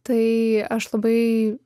tai aš labai